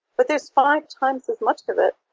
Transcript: but there is five times as much of it.